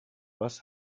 was